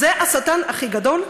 זה השטן הכי גדול,